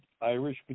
Irish